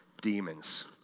demons